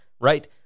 right